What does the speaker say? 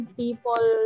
people